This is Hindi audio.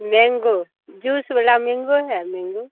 मैंगो जूस वाला मैंगो है मैंगो